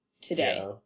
today